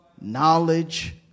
knowledge